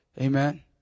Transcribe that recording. Amen